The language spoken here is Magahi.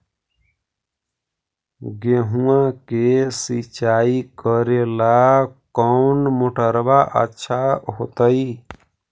गेहुआ के सिंचाई करेला कौन मोटरबा अच्छा होतई?